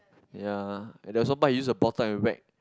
ya and there was one time he used a bottle and whack